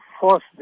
force